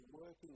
working